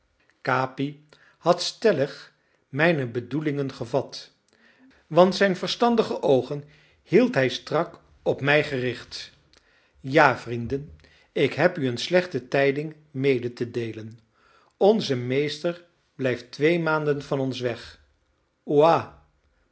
capi had stellig mijne bedoelingen gevat want zijn verstandige oogen hield hij strak op mij gericht ja vrienden ik heb u een slechte tijding mede te deelen onze meester blijft twee maanden van ons weg